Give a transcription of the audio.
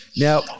Now